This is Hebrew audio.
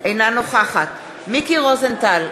אינה נוכחת מיקי רוזנטל,